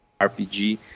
RPG